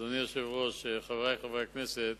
אדוני היושב-ראש, חברי חברי הכנסת,